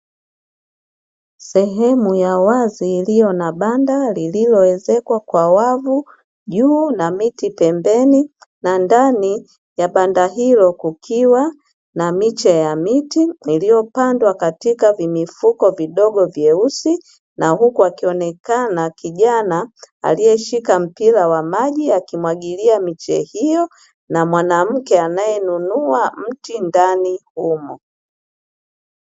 Sehemu ya wazi iliyo na banda lililoezekwa kwa wavu juu na miti pembeni, na ndani ya banda hilo kukiwa na miche ya miti iliyopandwa katika vimifuko vidogo vyeusi, na huku akionekana kijana aliyeshika mpira wa maji akimwagilia miche hiyo, na mwanamke anayenunua mti ndani humo.